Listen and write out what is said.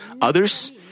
Others